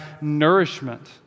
nourishment